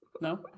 no